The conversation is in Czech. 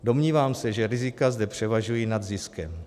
Domnívám se, že rizika zde převažují nad ziskem.